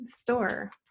store